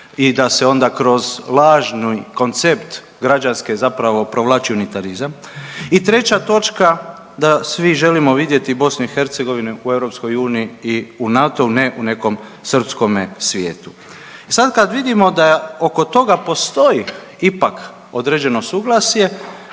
i da se onda kroz lažni koncept građanske zapravo provlači unitarizam. I treća točka da svi želimo vidjeti BiH u EU i u NATO-u ne u nekome srpskome svijetu. Sad kad vidimo da oko toga postoji ipak određeno suglasje,